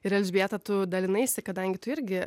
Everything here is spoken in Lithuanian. ir elžbieta tu dalinaisi kadangi tu irgi